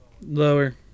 Lower